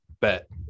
bet